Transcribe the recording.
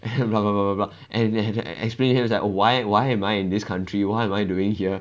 and blah blah blah blah blah and then explain to him he was like oh why why am I in this country what am I doing here